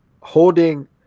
holding